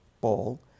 ball